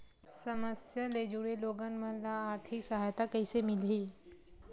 समस्या ले जुड़े लोगन मन ल आर्थिक सहायता कइसे मिलही?